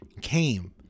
Came